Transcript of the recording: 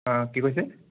অঁ কি কৈছে